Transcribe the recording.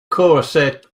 corset